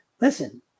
Listen